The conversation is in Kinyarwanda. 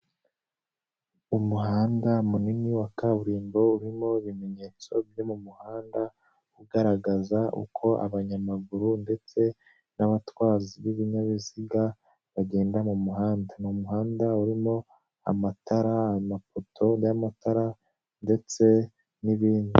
Umuhanda munini wa kaburimbo urimo ibimenyetso byo mu muhanda, ugaragaza uko abanyamaguru ndetse n'abatwa b'ibinyabiziga bagenda mumuhanda, ni umuhanda urimo amatara, amapoto y'amatara ndetse n'ibindi.